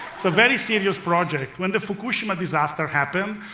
so very serious project. when the fukushima disaster happened,